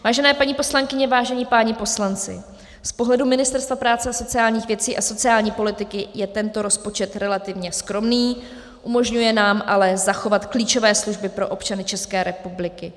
Vážené paní poslankyně, vážení páni poslanci, z pohledu Ministerstva práce a sociálních věcí a sociální politiky je tento rozpočet relativně skromný, umožňuje nám ale zachovat klíčové služby pro občany České republiky.